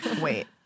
wait